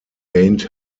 gained